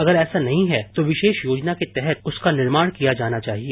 अगर ऐसा नहीं है तो विशेष योजना के तहत उसका निर्माण किया जाना चाहिए